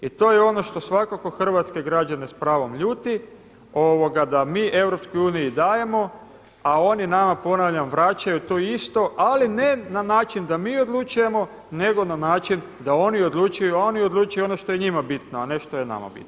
I to je ono što svakako hrvatske građane s pravom ljuti da mi Europskoj uniji dajemo a oni nama ponavljam vraćaju to isto ali ne na način da mi odlučujemo nego na način da oni odlučuju a oni odlučuju ono što je njima bitno a ne što je nama bitno.